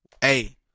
hey